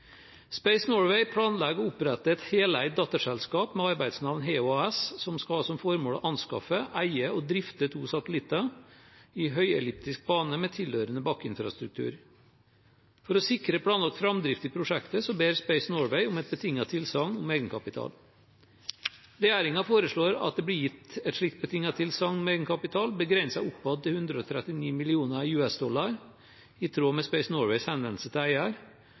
Space Norway planlegger å opprette et heleid datterselskap med arbeidsnavn «HEO AS», som skal ha som formål å anskaffe, eie og drifte to satellitter i høyelliptisk bane med tilhørende bakkeinfrastruktur. For å sikre planlagt framdrift i prosjektet ber Space Norway om et betinget tilsagn om egenkapital. Regjeringen foreslår at det blir gitt et slikt betinget tilsagn om egenkapital, begrenset oppad til 139 mill. amerikanske dollar, i tråd med Space Norways henvendelse til eier.